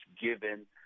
given